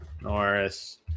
Norris